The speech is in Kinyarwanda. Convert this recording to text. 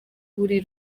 buri